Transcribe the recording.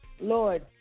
Lord